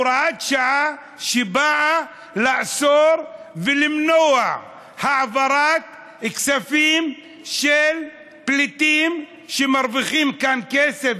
הוראת שעה שבאה לאסור ולמנוע העברת כספים של פליטים שמרוויחים כאן כסף,